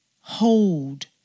hold